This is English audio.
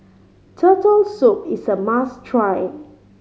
Turtle Soup is a must try